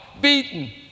beaten